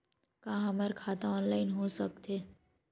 का हमर खाता ऑनलाइन हो सकथे?